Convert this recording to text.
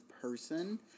person